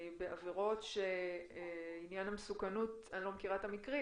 בעבירות שעניין המסוכנות אני לא מכירה את המקרים